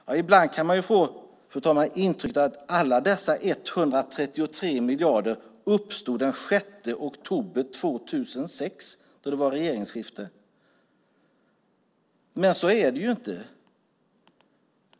Ja, ibland kan man få intrycket att alla dessa 133 miljarder uppstod den 6 oktober 2006, då det var regeringsskifte. Men så är det ju inte.